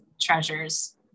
treasures